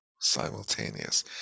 simultaneous